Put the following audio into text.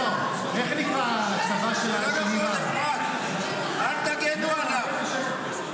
והוא חושב שאסור --- אל תגנו עליו.